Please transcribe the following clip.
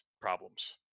problems